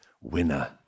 winner